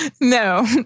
No